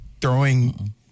throwing